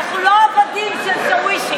אנחנו לא עבדים של שאווישים.